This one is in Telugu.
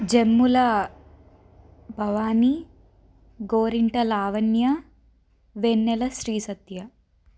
జమ్ముల భవానీ గోరింట లావణ్య వెన్నెల శ్రీసత్య